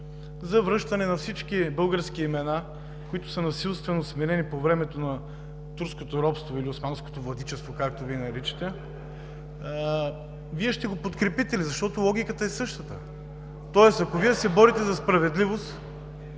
за връщане на всички български имена, които са насилствено сменени по времето на турското робство, на османското владичество, както го наричате, Вие ще го подкрепите ли? Логиката е същата. Тоест, ако Вие се борите за справедливост,